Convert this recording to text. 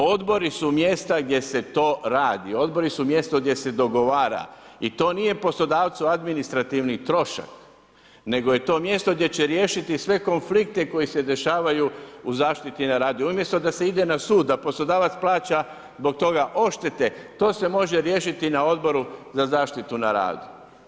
Odbori su mjesta gdje se to radi, odbori su mjesto gdje se dogovara i to nije poslodavcu administrativni trošak, nego je to mjesto gdje će riješiti sve konflikte koji se dešavaju u zaštiti na radu, umjesto da se ide na sud, da poslodavac plaća zbog toga odštete, to se može riješiti na Odboru za zaštitu na radu.